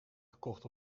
gekocht